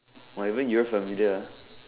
!wah! even you very familiar ah media ah